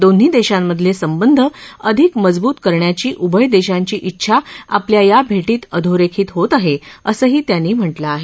दोन्ही देशांमधले संबंध अधिक मजबुत करण्याची उभय देशांची ा डेछा आपल्या या भेटीत अधोरेखित होत आहे असंही त्यांनी म्हटलं आहे